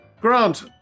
Grant